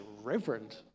reverend